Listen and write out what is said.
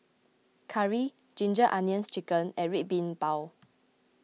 Curry Ginger Onions Chicken and Red Bean Bao